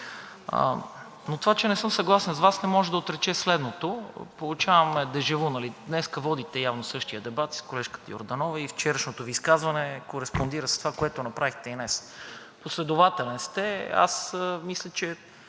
Но това, че не съм съгласен с Вас, не може да отрече следното. Получаваме дежа вю: днес водите явно същия дебат с колежката Йорданова и вчерашното Ви изказване кореспондира с това, което направихте и днес. Последователен сте. Аз мисля, че